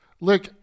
Look